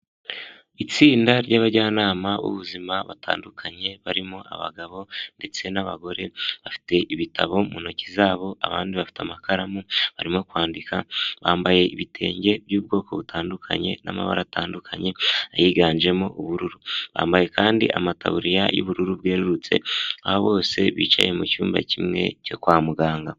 Itsinda ry'abajyanama b'ubuzima batandukanye barimo abagabo ndetse, n'abagore bafite ibitabo mu ntoki zabo abandi bafite amakaramu barimo kwandika bambaye ibitenge by'ubwoko butandukanye n'amabara atandukanye yiganjemo ubururu bambaye kandi amataburiya y'ubururu bwerurutse aho bose bicaye mucyumba kimwe cyo kwa muganga.